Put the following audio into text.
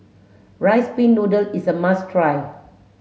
rice pin noodle is a must try